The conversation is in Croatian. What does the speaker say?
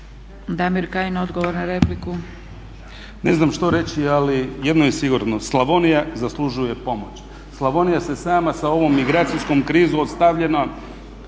Damir Kajin, odgovor na repliku.